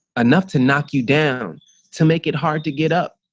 enough to knock you down to make it hard to get up.